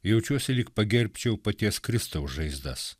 jaučiuosi lyg pagerbčiau paties kristaus žaizdas